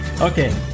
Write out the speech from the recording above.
Okay